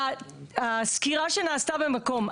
הסקירה שנעשתה במקום,